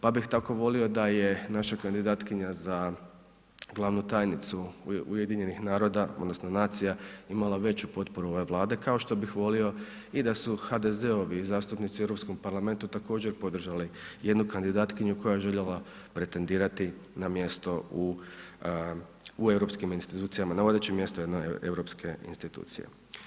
Pa bih tako volio da je naša kandidatkinja za glavnu tajnicu UN-a imala veću potporu ove Vlade kao što bih volio i da su HDZ-ovi zastupnici u Europskom parlamentu također podržali jednu kandidatkinju koja je željela pretendirati na mjesto u europskim institucijama, na vodeće mjesto jedne europske institucije.